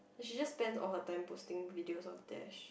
and she just spends all her time posting videos of Dash